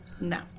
No